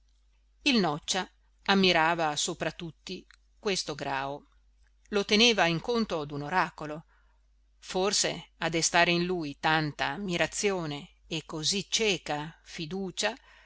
il noccia ammirava sopra tutti questo grao lo teneva in conto d'un oracolo forse a destare in lui tanta ammirazione e così cieca fiducia